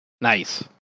Nice